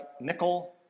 nickel